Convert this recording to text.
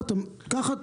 אתה מקליט את השיחה?